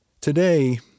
Today